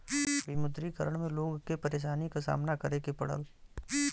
विमुद्रीकरण में लोग के परेशानी क सामना करे के पड़ल